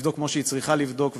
ולבדוק כמו שהיא צריכה לבדוק,